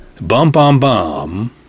bum-bum-bum